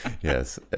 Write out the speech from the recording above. Yes